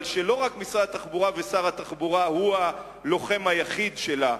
אבל שלא רק משרד התחבורה ושר התחבורה הוא הלוחם היחיד שלה,